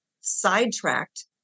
sidetracked